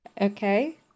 Okay